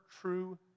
true